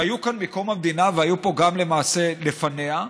שהיו כאן מקום המדינה והיו פה, גם, למעשה, לפניה.